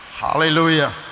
Hallelujah